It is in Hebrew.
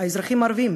האזרחים הערבים?